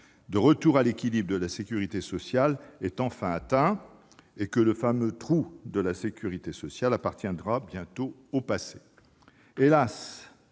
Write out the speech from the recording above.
de retour à l'équilibre de la sécurité sociale est enfin atteint, et que le fameux « trou de la sécu » appartiendra bientôt au passé.